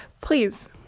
Please